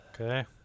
Okay